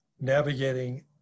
Navigating